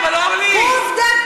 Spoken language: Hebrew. אבל אם הם רוצים?